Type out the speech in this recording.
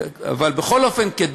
אבל בכל אופן,